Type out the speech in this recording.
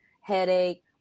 headache